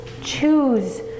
Choose